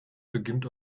beginnt